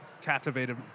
captivated